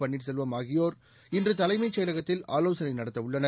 பன்னீர்செல்வம் ஆகியோர் இன்று தலைமைச் செயலகத்தில் ஆலோசனை நடத்த உள்ளனர்